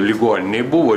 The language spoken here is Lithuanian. ligoninei buvo